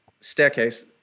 staircase